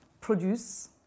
produce